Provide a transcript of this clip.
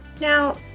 now